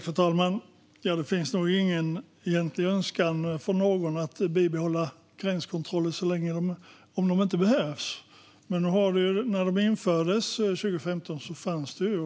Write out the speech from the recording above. Fru talman! Det finns nog ingen önskan från någon att bibehålla gränskontroller om de inte behövs. Men när de infördes, 2015, fanns det en risk.